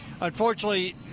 unfortunately